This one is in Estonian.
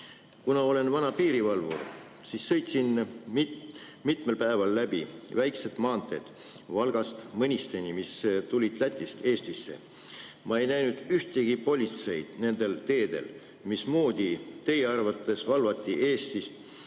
Kuna ma olen vana piirivalvur, siis sõitsin ma mitmel päeval läbi väiksed maanteed Valgast Mõnisteni, mis tulid Lätist Eestisse. Ma ei näinud ühtegi politseinikku nendel teedel. Mismoodi teie arvates on valvatud,